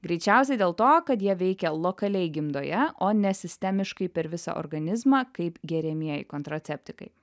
greičiausiai dėl to kad jie veikia lokaliai gimdoje o ne sistemiškai per visą organizmą kaip geriamieji kontraceptikai